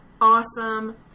awesome